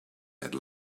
had